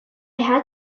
had